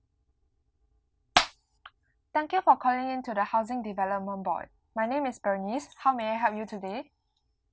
thank you for calling in to the housing development board my name is bernice how may I help you today